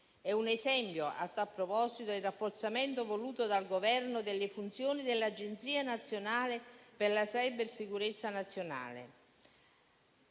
È un esempio, a tal proposito, il rafforzamento voluto dal Governo delle funzioni dell'Agenzia per la cybersicurezza nazionale,